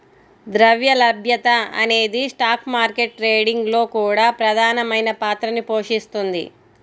ద్రవ్య లభ్యత అనేది స్టాక్ మార్కెట్ ట్రేడింగ్ లో కూడా ప్రధానమైన పాత్రని పోషిస్తుంది